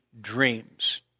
dreams